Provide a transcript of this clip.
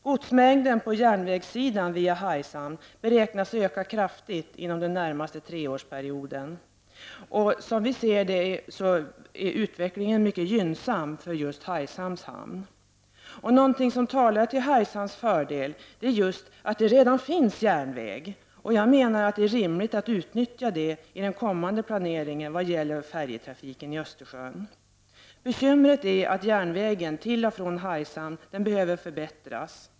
Den godsmängd som transporteras på järnväg via Hargshamn beräknas öka kraftigt inom den närmaste treårsperioden. Som vi ser det är utvecklingen mycket gynnsam just för Hargshamns hamn. Det som talar till Hargshamns fördel är att där redan finns en järnväg. Jag menar att det är rimligt att utnyttja detta vid den kommande planeringen av färjetrafiken i Östersjön. Bekymret är att järnvägstrafiken till och från Hargshamn behöver förbättras.